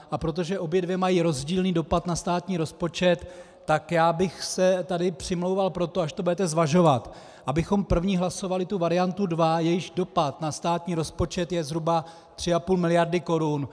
A protože obě dvě mají rozdílný dopad na státní rozpočet, tak bych se přimlouval pro to, až to budete zvažovat, abychom první hlasovali tu variantu dva, jejíž dopad na státní rozpočet je zhruba 3,5 miliardy korun.